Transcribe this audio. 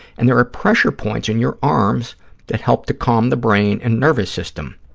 and there are pressure points in your arms that help to calm the brain and nervous system.